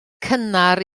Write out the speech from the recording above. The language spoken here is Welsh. cynnar